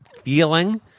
feeling